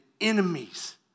enemies